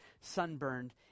sunburned